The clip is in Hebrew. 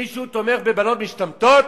מישהו תומך בבנות משתמטות?